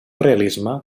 realisme